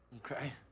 okay.